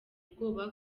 ubwoba